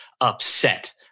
upset